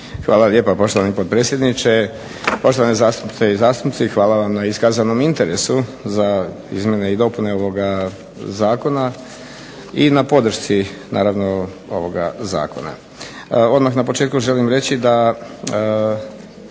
Hvala lijepa poštovani potpredsjedniče, poštovane zastupnice i zastupnici. Hvala vam na iskazanom interesu za izmjene i dopune ovoga zakona i na podršci naravno ovoga zakona. Odmah na početku želim reći da